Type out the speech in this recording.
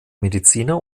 mediziner